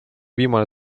viimane